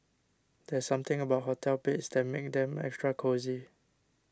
there's something about hotel beds that makes them extra cosy